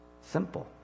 Simple